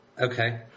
Okay